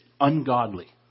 ungodly